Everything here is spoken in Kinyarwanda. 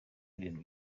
ibintu